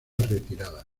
retirada